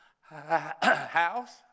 house